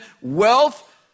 wealth